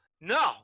No